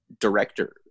director